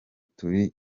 turi